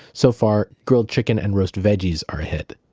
so far grilled chicken and roast veggies are a hit.